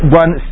one